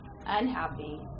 unhappy